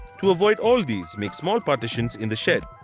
to avoid all these, make small partitions in the shed.